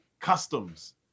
customs